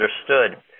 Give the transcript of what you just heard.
understood